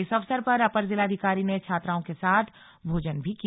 इस अवसर पर अपर जिलाधिकारी ने छात्राओं के साथ भोजन भी किया